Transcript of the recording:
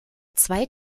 zwei